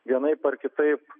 vienaip ar kitaip